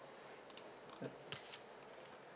mm